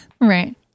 right